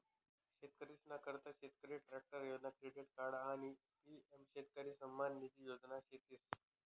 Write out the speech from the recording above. शेतकरीसना करता शेतकरी ट्रॅक्टर योजना, क्रेडिट कार्ड आणि पी.एम शेतकरी सन्मान निधी योजना शेतीस